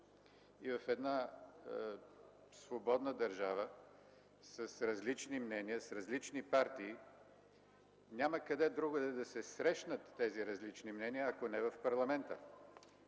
В една свободна държава, с различни мнения, с различни партии, няма къде другаде да се срещнат тези различни мнения, ако не в парламента.